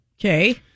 Okay